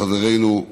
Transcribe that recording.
חברנו,